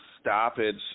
stoppage